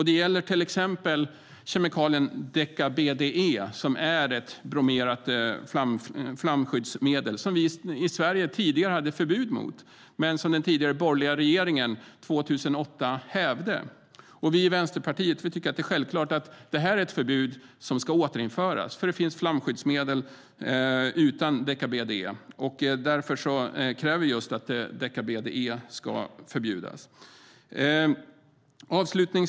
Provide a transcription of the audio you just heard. Det gäller till exempel kemikalien Deca-BDE, som är ett bromerat flamskyddsmedel som vi i Sverige tidigare hade ett förbud mot men som den tidigare, borgerliga, regeringen hävde 2008. Vänsterpartiet tycker att det är självklart att det förbudet ska återinföras. Det finns flamskyddsmedel utan Deca-BDE. Därför kräver vi att Deca-BDE ska förbjudas. Fru talman!